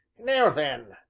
now then,